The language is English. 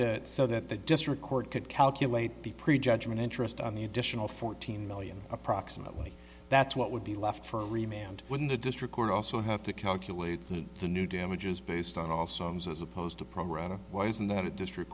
to show that the district court could calculate the pre judgment interest on the additional fourteen million approximately that's what would be left for email and when the district court also have to calculate the new damages based on all songs as opposed to progress why isn't that a district